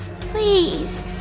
Please